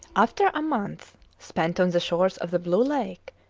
after a month spent on the shores of the blue lake,